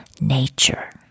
nature